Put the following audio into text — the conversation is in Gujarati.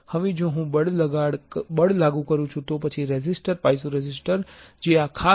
હવે જો હું બળ લાગુ કરું છું તો પછી રેઝિસ્ટર પાઇઝોરેઝિસ્ટર જે આ ખાસ ચાર બ્લોક્સ છે